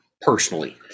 personally